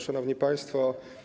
Szanowni Państwo!